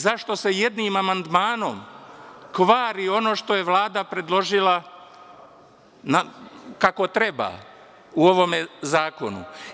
Zašto se jednim amandmanom kvari ono što je Vlada predložila kako treba u ovom zakonu?